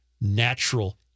natural